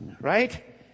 right